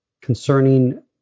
concerning